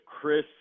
Chris